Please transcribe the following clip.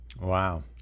wow